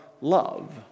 love